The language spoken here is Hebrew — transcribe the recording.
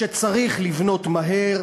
שצריך לבנות מהר,